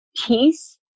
peace